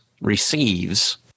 receives